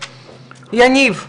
על הדיון הזה,